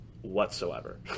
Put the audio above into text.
whatsoever